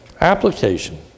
Application